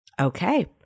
Okay